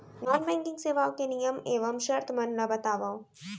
non banking सेवाओं के नियम एवं शर्त मन ला बतावव